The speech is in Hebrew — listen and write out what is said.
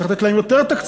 צריך לתת להם יותר תקציבים,